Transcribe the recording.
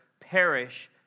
perish